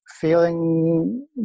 feeling